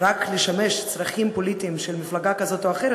לשמש צרכים פוליטיים של מפלגה כזאת או אחרת,